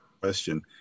question